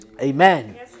Amen